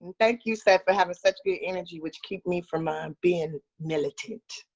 thank you, seth, for having such good energy, which keeps me from um being militant.